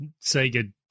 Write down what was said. Sega